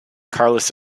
carlos